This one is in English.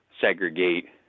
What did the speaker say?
segregate